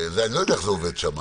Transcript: אני לא יודע איך זה עובד שם,